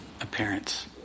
appearance